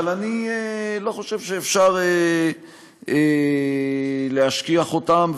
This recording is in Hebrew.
אבל אני לא חושב שאפשר להשכיח אותם.